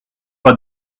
pas